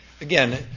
again